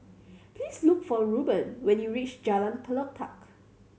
please look for Rueben when you reach Jalan Pelatok